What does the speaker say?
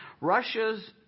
Russia's